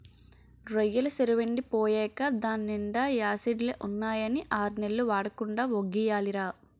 రొయ్యెల సెరువెండి పోయేకా దాన్నీండా యాసిడ్లే ఉన్నాయని ఆర్నెల్లు వాడకుండా వొగ్గియాలిరా